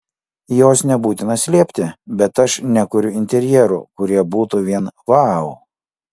jos nebūtina slėpti bet aš nekuriu interjerų kurie būtų vien vau